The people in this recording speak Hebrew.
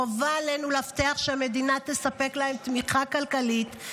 חובה עלינו להבטיח שהמדינה תספק להם תמיכה כלכלית,